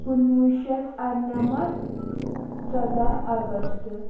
کُنہٕ وُہ شیٚتھ اَرٕ نَمَتھ ژۄداہ اَگست